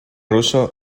ruso